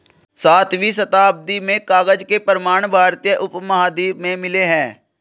सातवीं शताब्दी में कागज के प्रमाण भारतीय उपमहाद्वीप में मिले हैं